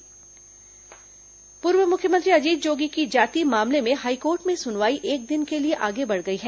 high court Jogi पूर्व मुख्यमंत्री अजीत जोगी की जाति मामले में हाईकोर्ट में सुनवाई एक दिन के लिए आगे बढ़ गई है